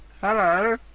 Hello